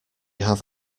have